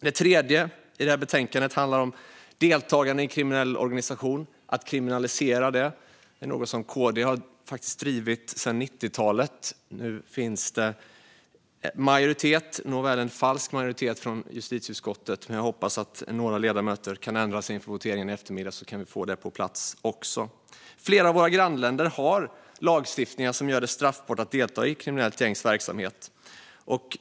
Det tredje handlar om att kriminalisera deltagande i kriminell organisation. Det är något som KD har drivit sedan 1990-talet. Nu finns det majoritet för det, även om det är en falsk majoritet från justitieutskottet. Men jag hoppas att några ledamöter kan ändra sig inför voteringen i eftermiddag, så att vi kan få detta på plats. Flera av våra grannländer har lagstiftning som gör det straffbart att delta i ett kriminellt gängs verksamhet.